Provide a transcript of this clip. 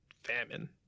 famine